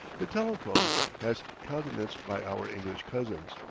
the telephone as countenanced by our english cousins.